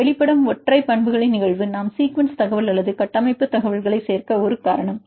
வெளிப்படும் ஒற்றை பண்புகளின் நிகழ்வு நாம் சீக்குவன்ஸ் தகவல் அல்லது கட்டமைப்பு தகவல்களை சேர்க்க ஒரு காரணம்